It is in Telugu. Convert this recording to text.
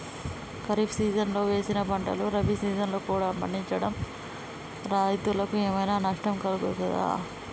ఖరీఫ్ సీజన్లో వేసిన పంటలు రబీ సీజన్లో కూడా పండించడం రైతులకు ఏమైనా నష్టం కలుగుతదా?